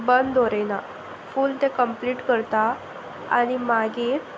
बंद दवरिना फूल तें कंम्प्लीट करता आनी मागीर